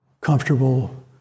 comfortable